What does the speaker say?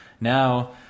now